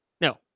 No